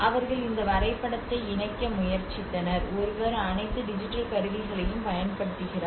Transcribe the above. அவர்கள் இந்த வரைபடத்தை இணைக்க முயற்சித்தனர் ஒருவர் அனைத்து டிஜிட்டல் கருவிகளையும் பயன்படுத்துகிறார்